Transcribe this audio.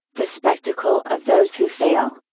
the spectacle of those who fail,